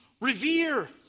revere